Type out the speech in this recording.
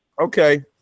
Okay